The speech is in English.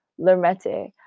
Lermette